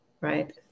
right